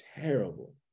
terrible